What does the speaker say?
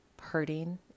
hurting